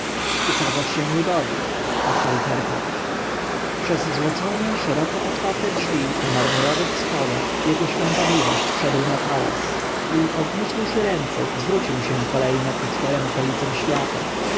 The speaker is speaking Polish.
ukazać się ludowi odparł herhor przez złocone szeroko otwarte drzwi po marmurowych schodach jego świątobliwość wszedł na taras i podniósłszy ręce zwrócił się kolejno ku czterem okolicom świata